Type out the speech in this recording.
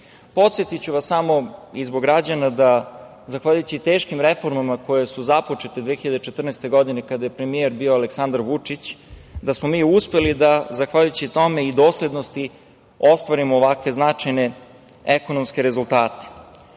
EU.Podsetiću vas samo i zbog građana, zahvaljujući teškim reformama koje su započete 2014. godine kada je premijer bio Aleksandar Vučić, da smo mi uspeli da zahvaljujući tome i doslednosti ostvarimo ovakve značajne ekonomske rezultate,